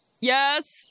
Yes